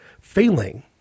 failing